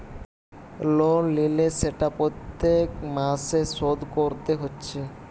loan লিলে সেটা প্রত্যেক মাসে শোধ কোরতে হচ্ছে